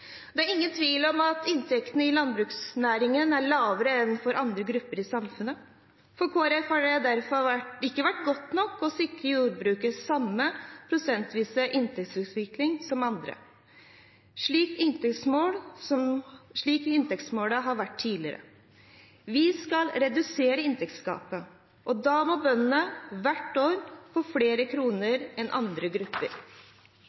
Det er ingen tvil om at inntektene i landbruksnæringen er lavere enn for andre grupper i samfunnet. For Kristelig Folkeparti har det derfor ikke vært godt nok å sikre jordbruket samme prosentvise inntektsutvikling som andre, slik inntektsmålet har vært tidligere. Vi skal redusere inntektsgapet, og da må bøndene hvert år få flere